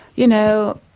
you know,